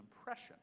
impression